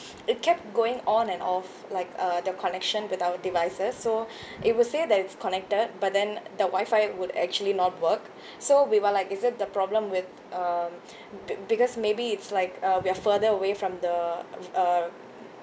it kept going on and off like uh the connection with our devices so it will say that it's connected but then the wifi would actually not work so we were like is it the problem with um be~ because maybe it's like uh we're further away from the uh